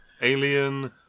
Alien